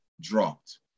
dropped